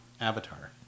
avatar